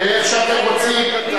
איך שאתם רוצים.